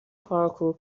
پارکور